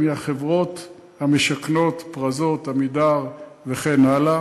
מהחברות המשכנות, "פרזות", "עמידר" וכן הלאה.